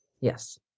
Yes